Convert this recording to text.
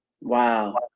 Wow